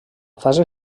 fase